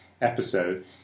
episode